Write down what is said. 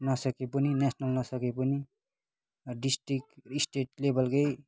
नसके पनि नेसनल नसके पनि डिस्ट्रिक्ट स्टेट लेभलकै